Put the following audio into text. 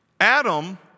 Adam